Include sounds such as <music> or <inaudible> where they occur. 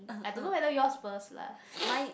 I don't know whether yours was lah <noise>